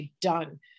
done